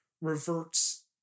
reverts